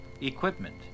equipment